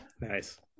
Nice